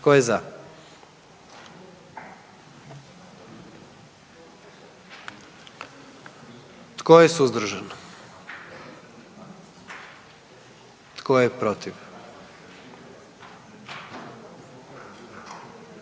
Tko je za? Tko je suzdržan? I tko je protiv?